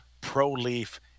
pro-leaf